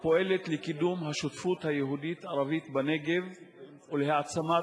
הפועלת לקידום השותפות היהודית-ערבית בנגב ולהעצמת